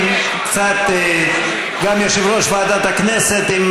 גם יושב-ראש ועדת הכנסת.